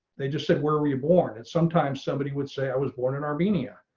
they just said, where were you born and sometimes somebody would say, i was born in armenia.